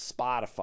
Spotify